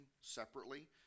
separately